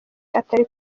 atari